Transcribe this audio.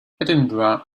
edinburgh